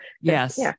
Yes